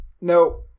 No